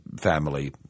Family